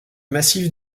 massif